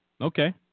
okay